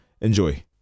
enjoy